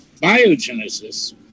Biogenesis